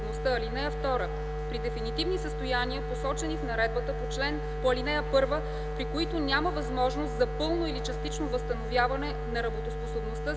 (2) При дефинитивни състояния, посочени в наредбата по ал. 1, при които няма възможност за пълно или частично възстановяване на работоспособността,